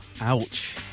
Ouch